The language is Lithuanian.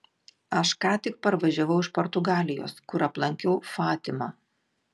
aš ką tik parvažiavau iš portugalijos kur aplankiau fatimą